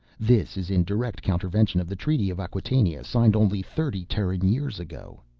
this is in direct countervention of the treaty of acquatainia, signed only thirty terran years ago.